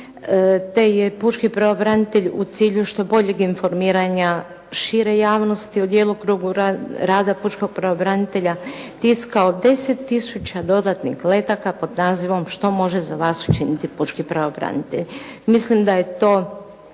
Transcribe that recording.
te je pučki pravobranitelj u cilju što boljeg informiranja šire javnosti o djelokrugu rada pučkog pravobranitelja tiskao 10 tisuća dodatnih letaka pod nazivom "Što može za vas učiniti pučki pravobranitelj". Mislim da je to